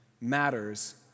matters